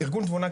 ארגון "תבונה",